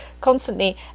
constantly